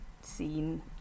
seen